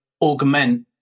augment